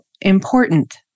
important